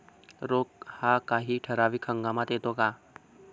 रोग हा काही ठराविक हंगामात येतो का?